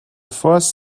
first